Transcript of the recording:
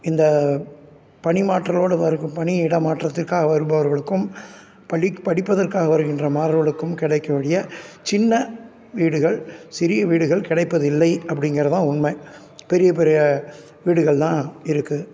இந்த பணி மாற்றலோடய வருக் பணியிடை மாற்றத்துக்காக வருபவர்களுக்கும் பள்ளிக்கு படிப்பதற்க்காக வருகின்ற மாணவர்களுக்கும் கிடைக்கக்கூடிய சின்ன வீடுகள் சிறிய வீடுகள் கிடைப்பதில்லை அப்படிங்குறது தான் உண்மை பெரிய பெரிய வீடுகள் தான் இருக்குது